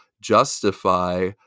justify